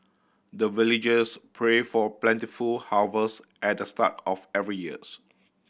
the villagers pray for plentiful harvest at the start of every years